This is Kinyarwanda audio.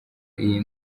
iyi